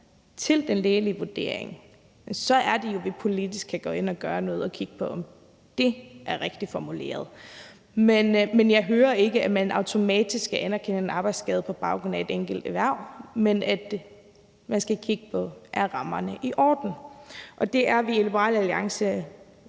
til den lægelige vurdering, så er det jo, vi politisk kan gå ind og gøre noget og kigge på, om det er rigtigt formuleret. Jeg hører ikke, at man automatisk skal anerkende en arbejdsskade på baggrund af et bestemt erhverv, men at man skal kigge på, om rammerne er i orden. Det er vi i Liberal Alliance